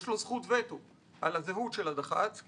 יש לו זכות וטו על הזהות של הדח"צ,